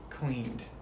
cleaned